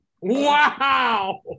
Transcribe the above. Wow